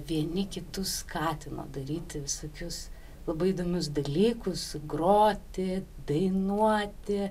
vieni kitus skatina daryti visokius labai įdomius dalykus groti dainuoti